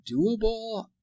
doable